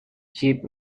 chief